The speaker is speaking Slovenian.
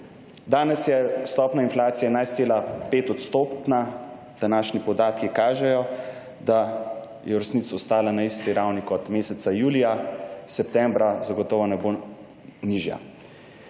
Danes je stopnja inflacija 11,5 %, današnji podatki kažejo, da je v resnici ostala na isti ravni kot meseca julija. Septembra zagotovo ne bo nižja.